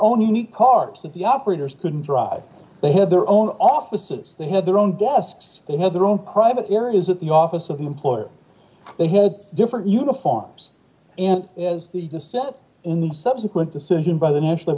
own unique parts of the operators couldn't drive they had their own offices they had their own gaffes they had their own private areas at the office of an employer they had different uniforms and as the the step in the subsequent decision by the national